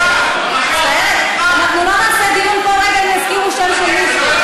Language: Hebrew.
אנחנו לא נעשה דיון כל רגע אם הזכירו שם של מישהו.